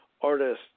artists